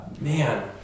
man